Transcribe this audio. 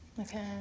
Okay